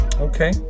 okay